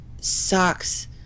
socks